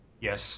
Yes